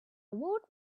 woot